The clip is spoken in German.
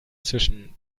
zwischen